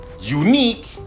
unique